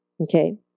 Okay